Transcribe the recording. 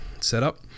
setup